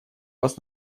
вас